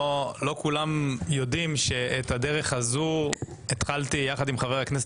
לא כולם יודעים שאת הדרך הזו התחלתי יחד עם חבר הכנסת